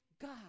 God